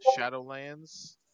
Shadowlands